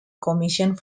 commissions